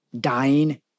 dying